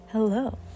Hello